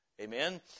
Amen